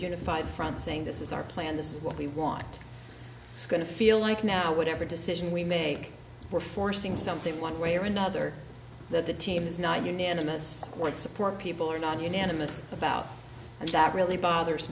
unified front saying this is our plan this is what we want it's going to feel like now whatever decision we make we're forcing something one way or another that the team is not unanimous what support people are not unanimous about and that really bothers